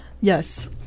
Yes